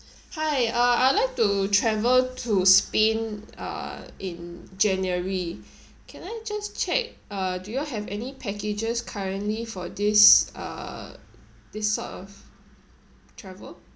hi uh I like to travel to spain uh in january can I just check uh do you allhave any packages currently for this uh this sort of travel